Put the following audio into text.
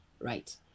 Right